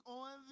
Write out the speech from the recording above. on